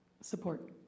Support